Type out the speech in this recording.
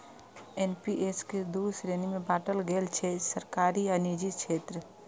NPS कें दू श्रेणी मे बांटल गेल छै, सरकारी आ निजी क्षेत्र